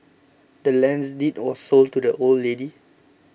the land's deed was sold to the old lady